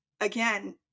again